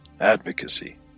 advocacy